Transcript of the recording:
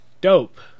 Dope